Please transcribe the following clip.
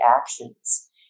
actions